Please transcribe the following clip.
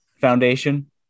Foundation